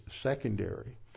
secondary